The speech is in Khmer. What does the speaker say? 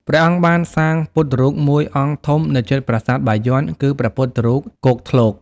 ព្រះអង្គបានសាងពុទ្ធរូបមួយអង្គធំ នៅជិតប្រាសាទបាយ័ន គឺ ព្រះពុទ្ធរូប គោកធ្លក ។